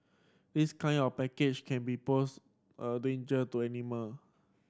this kind of package can be pose a danger to animal